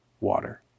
water